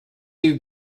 you